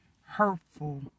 hurtful